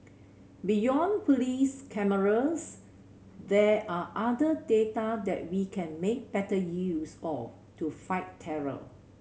beyond police cameras there are other data that we can make better use of to fight terror